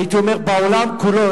הייתי אומר בעולם כולו,